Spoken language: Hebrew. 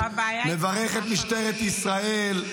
הבעיה איתך ----- מברך את משטרת ישראל,